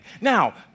Now